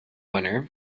winner